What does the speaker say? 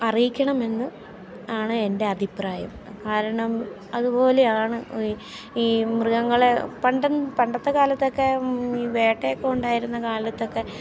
അറിയിക്കണമെന്ന് ആണ് എൻ്റെ അഭിപ്രായം കാരണം അതുപോലെയാണ് ഈ ഈ മൃഗങ്ങളെ പണ്ടെന്നു പണ്ടത്തെ കാലത്തൊക്കെ ഈ വേട്ടയൊക്കെ ഉണ്ടായിരുന്ന കാലത്തൊക്കെ